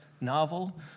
novel